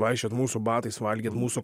vaikščiot mūsų batais valgyt mūsų